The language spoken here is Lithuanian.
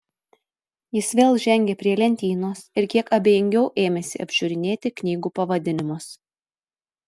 jis vėl žengė prie lentynos ir kiek abejingiau ėmėsi apžiūrinėti knygų pavadinimus